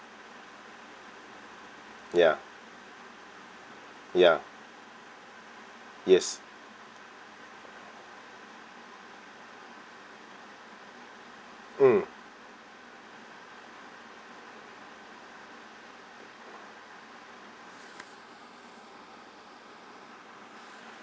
ya ya yes mm